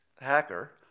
hacker